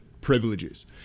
privileges